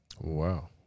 Wow